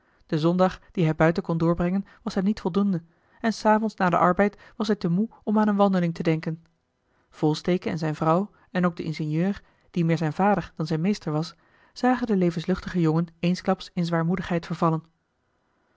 de zondag dien hij buiten kon doorbrengen was hem niet voldoende en s avonds na den arbeid was hij te moe om aan eene wandeling te denken volsteke en zijne vrouw en ook de ingenieur die meer zijn vader dan zijn meester was zagen den levenslustigen jongen eensklaps in zwaarmoedigheid vervallen